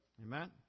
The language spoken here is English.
Amen